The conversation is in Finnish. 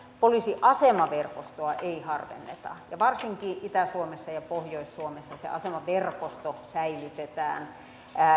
poliisiasemaverkostoa ei harvenneta ja varsinkin itä suomessa ja pohjois suomessa se asemaverkosto säilytetään